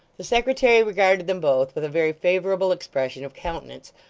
the secretary regarded them both with a very favourable expression of countenance,